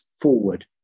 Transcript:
forward